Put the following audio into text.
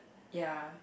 ya